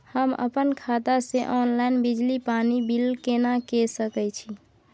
हम अपन खाता से ऑनलाइन बिजली पानी बिल केना के सकै छी?